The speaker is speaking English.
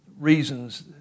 reasons